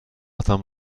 ساعتم